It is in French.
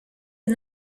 est